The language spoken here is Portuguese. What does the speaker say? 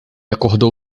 acordou